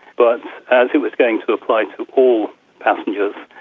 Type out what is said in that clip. but as it was going to apply to all passengers,